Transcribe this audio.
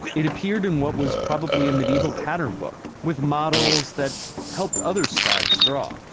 it appeared in what was probably a medieval pattern book, with models that helped other scribes draw.